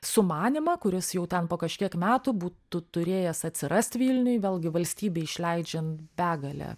sumanymą kuris jau ten po kažkiek metų būtų turėjęs atsirast vilniuj vėlgi valstybei išleidžiant begalę